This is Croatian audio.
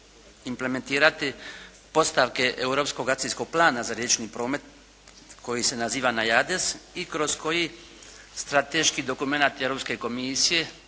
implementirati postavke europskog akcijskog plana za riječni promet koji se naziva NAJARDES i kroz koji strateški dokumenat Europske komisije